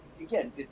again